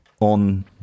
on